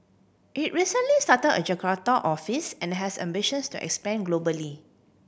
it recently start a Jakarta office and has ambitions to expand globally